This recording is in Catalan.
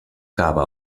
cava